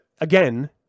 again